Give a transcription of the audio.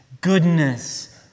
goodness